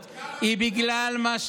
יש רבנים יותר